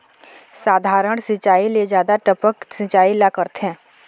साधारण सिचायी ले जादा टपक सिचायी ला करथे